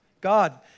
God